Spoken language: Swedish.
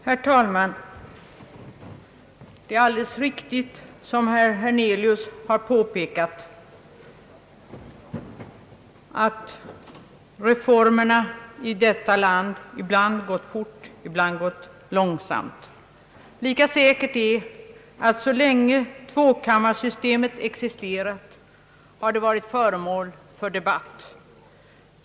Herr talman! Det är alldeles riktigt, som herr Hernelius har påpekat, att reformerna i detta land ibland har gått fort, ibland långsamt. Lika säkert är att så länge tvåkammarsystemet har existerat, har det varit föremål för debatt.